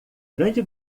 grande